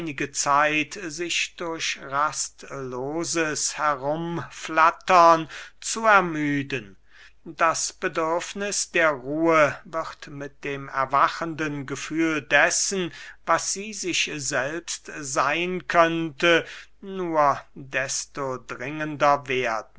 sich durch rastloses herumflattern zu ermüden das bedürfniß der ruhe wird mit dem erwachenden gefühl dessen was sie sich selbst seyn könnte nur desto dringender werden